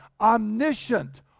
Omniscient